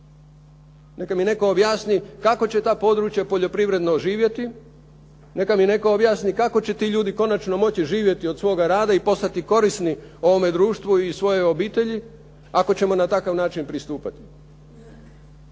Neka mi netko objasni, kako će ta područja poljoprivredno oživjeti, neka mi netko objasni kako će ti ljudi konačno moći živjeti od svoga rada i postati korisni ovome društvu i svojoj obitelji ako ćemo na takav način pristupiti?